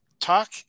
talk